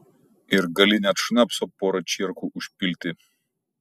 ir gali net šnapso porą čierkų užpilti